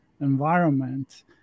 environment